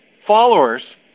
followers